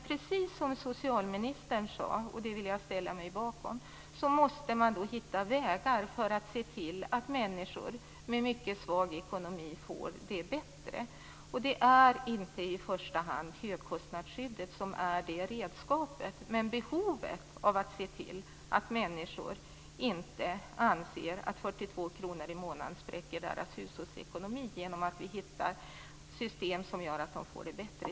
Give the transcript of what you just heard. Precis som socialministern sade - det vill jag ställa mig bakom - måste man hitta vägar för att se till att människor med mycket svag ekonomi får det bättre. Högkostnadsskyddet är inte det första redskapet, men det finns ett behov av att se till att en utgiftsökning på 42 kr i månaden inte spräcker människors hushållsekonomi. Vi måste hitta system som gör att de får det bättre.